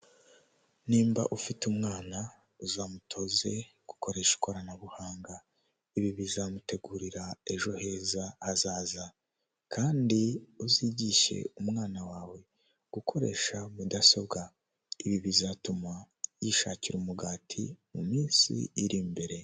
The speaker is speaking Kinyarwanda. Abantu batandukanye barimo abagore n'abagabo bari mu cyumba cyabugenewe gukorerwamo inama kirimo ameza yabugenewe ndetse n'intebe z'umukara zicayemo abo bantu bafite n'ama mashini bari kwiga ku kibazo runaka cyabahurije aho hantu.